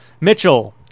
Mitchell